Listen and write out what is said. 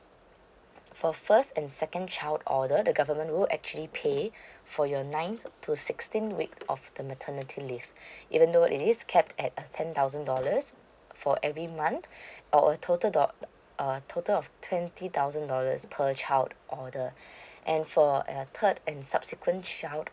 for first and second child order the government will actually pay for your nine to sixteen week of the maternity leave even though it is kept at a ten thousand dollars for every month or a total dol~ err total of twenty thousand dollars per child order and for err third and subsequent child